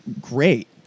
great